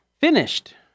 Finished